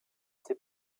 ces